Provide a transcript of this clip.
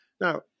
Now